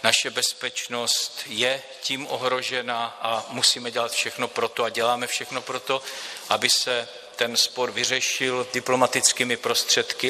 Naše bezpečnost je tím ohrožena a musíme dělat všechno pro to a děláme všechno pro to, aby se ten spor vyřešil diplomatickými prostředky.